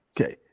Okay